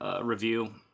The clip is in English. review